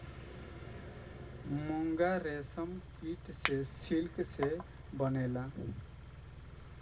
मूंगा रेशम कीट से सिल्क से बनेला